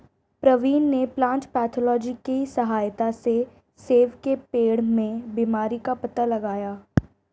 प्रवीण ने plant pathology की सहायता से सेब के पेड़ में बीमारी का पता लगाया